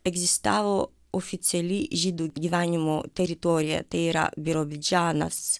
egzistavo oficiali žydų gyvenimo teritorija tai yra birobidžanas